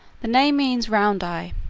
the name means round eye,